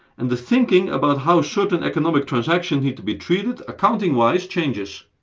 and the thinking about how certain economic transactions need to be treated accounting-wise changes.